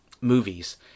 movies